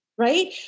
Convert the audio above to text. right